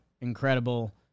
incredible